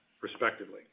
respectively